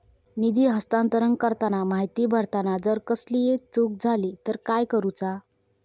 निधी हस्तांतरण करताना माहिती भरताना जर कसलीय चूक जाली तर काय करूचा?